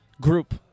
group